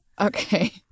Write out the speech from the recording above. Okay